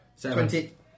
Twenty